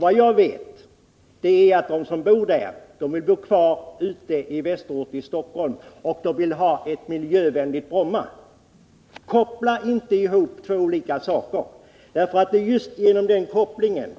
Vad jag vet är att de som bor där vill bo kvar ute i Västerort i Stockholm, och de vill ha ett miljövänligt Bromma. Koppla inte ihop två olika saker! Det är just genom den kopplingen